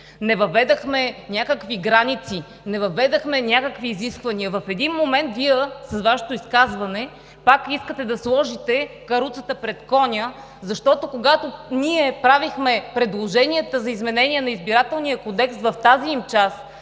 не въведохме някакви граници, не въведохме някакви изисквания. В един момент Вие, с Вашето изказване, пак искате да сложите каруцата пред коня, защото когато ние правихме предложенията за изменение на Изборния кодекс в тази им част